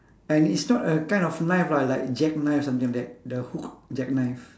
and it's not a kind of knife lah like jackknife something like that the hook jackknife